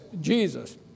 Jesus